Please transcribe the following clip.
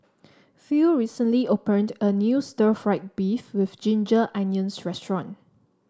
Phil recently opened a new Stir Fried Beef with Ginger Onions restaurant